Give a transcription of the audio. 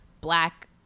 black